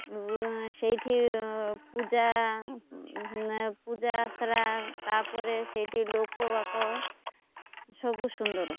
ସେଇଠି ପୂଜା ପୂଜା ଆଶ୍ରା ତା'ପରେ ସେଇଠି ଲୋକବାକ ସବୁ ସୁନ୍ଦର